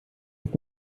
ist